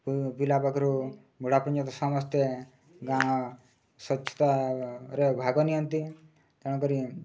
ପିଲା ପାଖରୁ ବୁଢ଼ା ପର୍ଯ୍ୟନ୍ତ ସମସ୍ତେ ଗାଁ ସ୍ୱଚ୍ଛତାରେ ଭାଗ ନିଅନ୍ତି ତେଣୁକରି